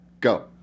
go